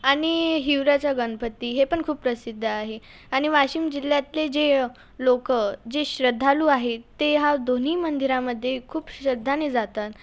आणि हिवऱ्याचा गणपती हे पण खूप प्रसिद्ध आहे आणि वाशिम जिल्ह्यातले जे लोक जे श्रद्धालू आहे ते ह्या दोन्ही मंदिरामध्ये खूप श्रद्धेने जातात